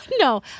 No